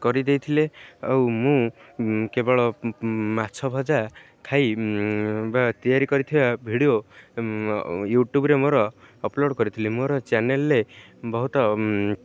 କରିଦେଇଥିଲେ ଆଉ ମୁଁ କେବଳ ମାଛ ଭଜା ଖାଇ ବା ତିଆରି କରିଥିବା ଭିଡ଼ିଓ ୟୁଟ୍ୟୁବରେ ମୋର ଅପଲୋଡ଼ କରିଥିଲି ମୋର ଚ୍ୟାନେଲରେ ବହୁତ